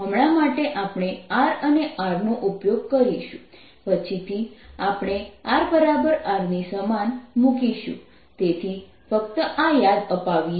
હમણાં માટે આપણે r અને R નો ઉપયોગ કરીશું પછીથી આપણે rRની સમાન મૂકીશું તેથી ફક્ત આ યાદ અપાવીએ